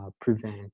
prevent